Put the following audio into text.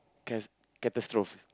cas~ catastrophe